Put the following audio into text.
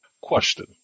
Question